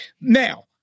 now